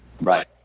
Right